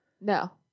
No